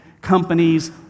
companies